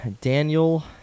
Daniel